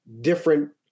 different